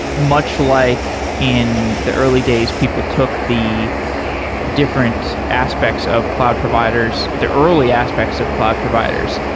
much like in the early days, people took the different aspects of cloud providers, the early aspects of cloud providers,